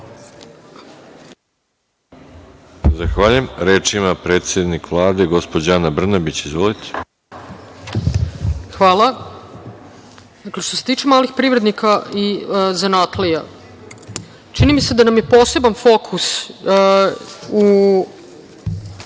Zahvaljujem. Reč ima predsednik Vlade, gospođa Ana Brnabić. Izvolite. **Ana Brnabić** Hvala. Što se tiče malih privrednika i zanatlija, čini mi se da nam je poseban fokus u